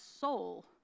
soul